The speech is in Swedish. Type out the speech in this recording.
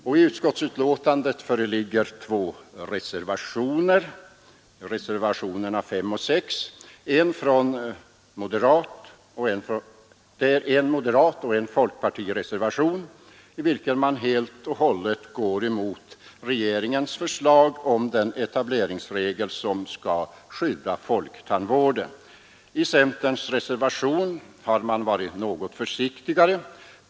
I utskottsbetänkandet föreligger två reservationer, nr V och VI, där man i den ena, som avgivits av moderater och folkpartister, helt och hållet går emot regeringens förslag om den etableringsregel som skall skydda folktandvården. I centerns reservation har man varit något försiktigare.